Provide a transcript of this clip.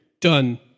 Done